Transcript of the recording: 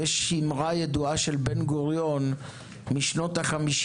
יש אִמְרָה ידועה של בן-גוריון משנות ה-50,